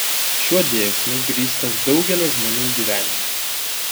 šiuo dėsniu grįstas daugelio žmonių gyvenimas